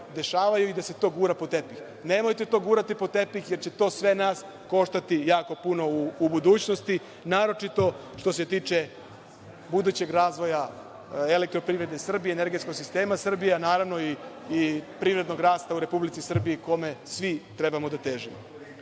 dešavaju i da se to gura pod tepih. Nemojte to gurati pod tepih, jer će to sve nas koštati jako puno u budućnosti, naročito što se tiče budućeg razvoja „Elektroprivrede Srbije“, energetskog sistema Srbije, naravno, i privrednog rasta u Republici Srbiji, kome svi treba da težimo. Što